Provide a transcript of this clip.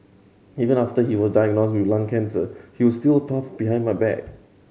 even after he was diagnosed with lung cancer he was steal puff behind my back